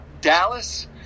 Dallas